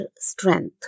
strength